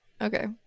okay